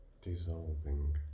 dissolving